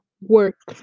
work